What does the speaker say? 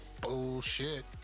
Bullshit